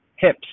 hips